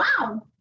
Wow